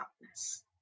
darkness